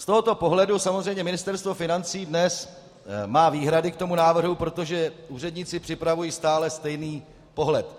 Z tohoto pohledu samozřejmě Ministerstvo financí dnes má výhrady k tomu návrhu, protože úředníci připravují stále stejný pohled.